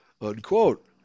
Unquote